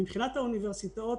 מבחינת האוניברסיטאות,